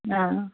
अँ